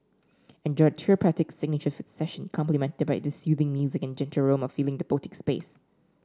enjoy therapeutic signature foot session complimented by the soothing music and gentle aroma filling the boutique space